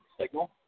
Signal